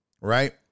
Right